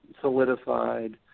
solidified